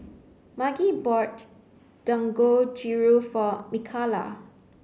Margy bought Dangojiru for Mikala